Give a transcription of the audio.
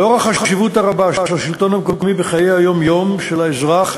לאור החשיבות הרבה של השלטון המקומי בחיי היום-יום של האזרח,